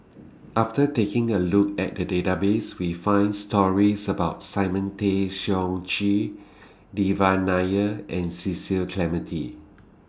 after taking A Look At The Database We found stories about Simon Tay Seong Chee Devan Nair and Cecil Clementi